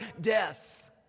death